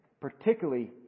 particularly